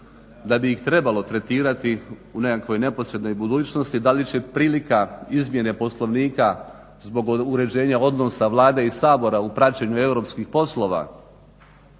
da bi ih trebalo tretirati u nekakvoj neposrednoj mogućnosti. Da li će prilika izmjene Poslovnika zbog uređenja odnosa Vlade i Sabora u praćenju europskih poslova